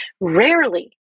Rarely